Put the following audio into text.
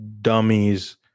dummies